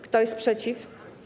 Kto jest przeciw?